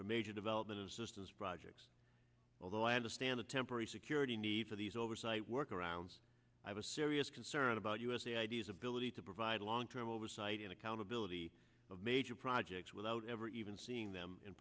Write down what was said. for major development assistance projects although i understand the temporary security need for these oversight work arounds i have a serious concern about us the ideas ability to provide long term oversight and accountability of major projects without ever even seeing them in